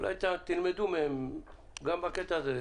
אולי תלמדו בהם גם בקטע הזה.